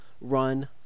run